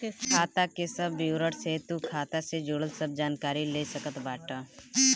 खाता के सब विवरण से तू खाता से जुड़ल सब जानकारी ले सकत बाटअ